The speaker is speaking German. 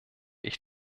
ich